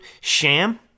sham